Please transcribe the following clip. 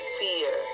fear